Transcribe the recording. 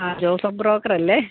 ആ Joseph broker അല്ലേ